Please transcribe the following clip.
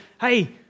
hey